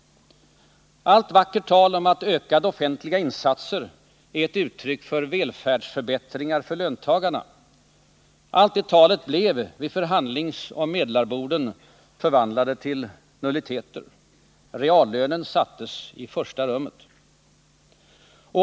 Allt vackert tal om att ökade offentliga insatser är ett uttryck för välfärdsförbättringar för löntagarna blev vid förhandlingsoch medlarborden förvandlat till nulliteter. Reallönen sattes i första rummet.